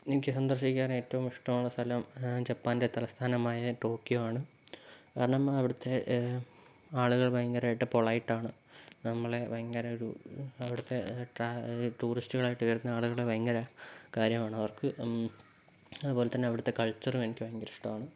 എനിക്ക് സന്ദർശിക്കാൻ ഏറ്റവും ഇഷ്ടമുള്ള സ്ഥലം ജപ്പാൻ്റെ തലസ്ഥാനമായ ടോക്കിയോ ആണ് കാരണം അവിടുത്തെ ആളുകൾ ഭയങ്കരമായിട്ട് പൊളൈറ്റ് ആണ് നമ്മളെ ഭയങ്കര ഒരു അവിടുത്തെ ടൂറിസ്റ്റുകളായിട്ട് വരുന്ന ആളുകളെ ഭയങ്കര കാര്യമാണ് അവർക്ക് അതുപോലെ തന്നെ അവിടുത്തെ കൾച്ചറും എനിക്ക് ഭയങ്കര ഇഷ്ടമാണ്